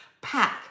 pack